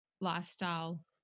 lifestyle